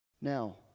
Now